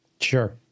Sure